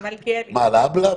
על אהבלה?